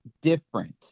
different